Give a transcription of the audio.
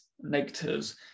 negatives